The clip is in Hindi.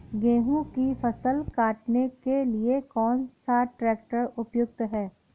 गेहूँ की फसल काटने के लिए कौन सा ट्रैक्टर उपयुक्त है?